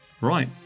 right